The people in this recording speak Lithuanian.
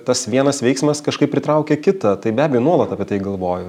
tas vienas veiksmas kažkaip pritraukia kitą tai be abejo nuolat apie tai galvoju